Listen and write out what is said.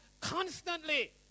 constantly